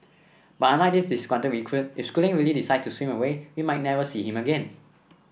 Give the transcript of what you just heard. but unlike this disgruntled recruit if schooling really decides to swim away we might never see him again